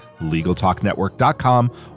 LegalTalkNetwork.com